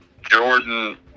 Jordan